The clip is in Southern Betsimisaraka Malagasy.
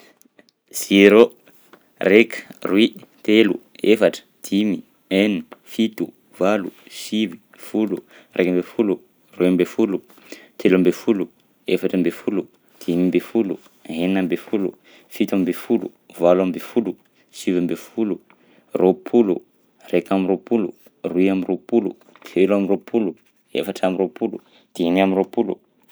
Zéro, raika, roy, telo, efatra, dimy, enina, fito, valo, sivy, folo, raika amby folo, roy amby folo, telo amby folo, efatra amby folo, dimy amby folo, enina amby folo, fito amby folo, valo amby folo, sivy amby folo, roapolo, raika amby roapolo, roy amby roapolo, telo amby roapolo, efatra amby roapolo, dimy amby roapolo.